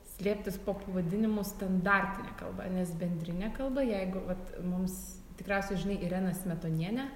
slėptis po pavadinimu standartinė kalba nes bendrinė kalba jeigu vat mums tikriausiai žinai irena smetonienė